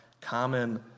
common